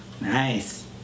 Nice